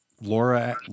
Laura